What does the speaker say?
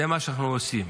זה מה שאנחנו עושים.